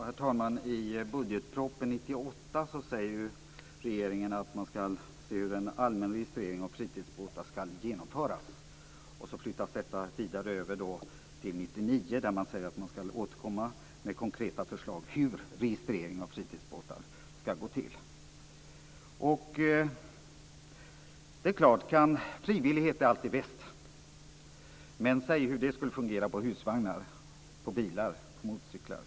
Herr talman! I budgetpropositionen 1998 säger regeringen att man skall se hur en allmän registrering av fritidsbåtar skall genomföras. I 1999 års budgetproposition säger man att man skall återkomma med konkreta förslag om hur registrering av fritidsbåtar skall gå till. Det är klart att frivillighet alltid är bäst, men säg hur det skulle fungera på husvagnar, bilar och motorcyklar!